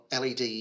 LED